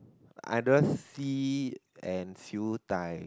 either c and Siew-Dai